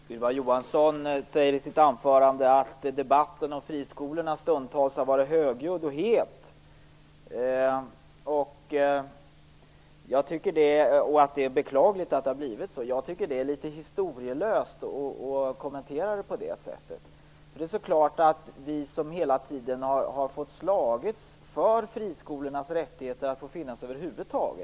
Herr talman! Ylva Johansson säger i sitt anförande att debatten om friskolorna stundtals har varit högljudd och het, och att det är beklagligt att det har blivit så. Jag tycker att det är litet historielöst att kommentera debatten på det sättet. Vi har ju hela tiden fått slåss för friskolornas rätt att över huvud taget få finnas.